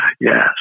Yes